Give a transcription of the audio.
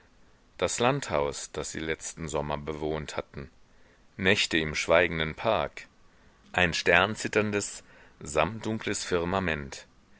das landhaus das sie letzten sommer bewohnt hatten nächte im schweigenden park ein sternzitterndes samtdunkles firmament